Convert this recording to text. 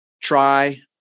try